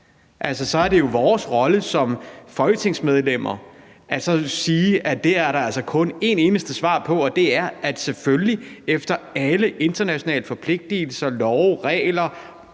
Det er jo så vores rolle som folketingsmedlemmer at sige, at det er der altså kun et eneste svar på, og det er, at det efter alle internationale forpligtigelser, love, regler